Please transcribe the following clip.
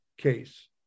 case